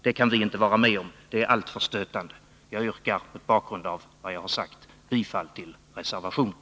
Det kan vi inte vara med om, det är alltför stötande. Jag yrkar mot bakgrund av vad jag har sagt bifall till reservationen.